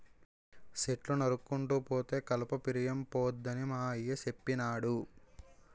చెట్లు నరుక్కుంటూ పోతే కలప పిరియంపోద్దని మా అయ్య సెప్పినాడు